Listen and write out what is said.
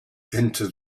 into